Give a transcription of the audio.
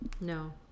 No